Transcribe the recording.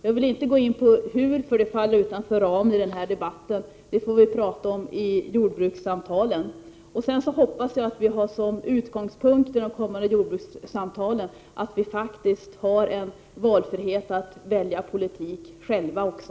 Jag vill inte gå in på hur, för det faller utanför ramen i den här debatten. Det får vi prata om i jordbrukssamtalen. Sedan hoppas jag att vi har som utgångspunkt i de kommande jordbrukssamtalen att vi faktiskt har frihet att välja politik själva också.